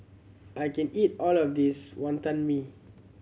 I can eat all of this Wonton Mee